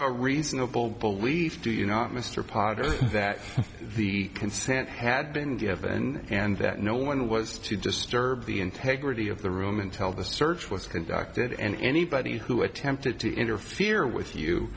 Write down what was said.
have a reasonable belief do you know mr potter that the consent had been given and that no one was to just serve the integrity of the room and tell the search was conducted and anybody who attempted to interfere with you